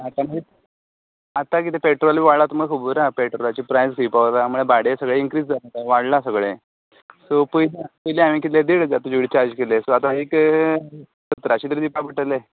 आतां न्ही आतां कितें पेट्रोल बी वाडलां तुमकां खबर आहा पेट्रोलाचें प्रायस खंय पावला म्हळ्यार भाडें सगळें इंक्रीज वाडलां सगळें सो पयलीं पयलीं आमी हांवे देड हजार चार्ज केल्लें सो आतां एक सतराशें तरी दिवपाक पडटलें